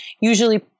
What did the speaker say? usually